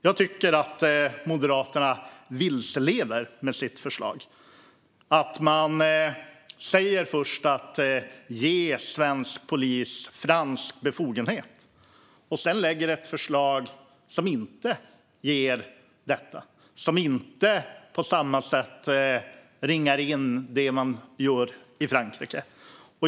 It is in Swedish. Jag tycker att Moderaterna vilseleder med sitt förslag. De säger först: Ge svensk polis fransk befogenhet. Sedan lägger de fram ett förslag som inte ger detta och inte på samma sätt ringar in det man gör i Frankrike.